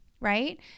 Right